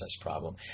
problem